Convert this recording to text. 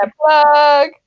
plug